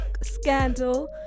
scandal